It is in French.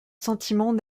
sentiment